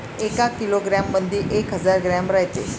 एका किलोग्रॅम मंधी एक हजार ग्रॅम रायते